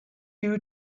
you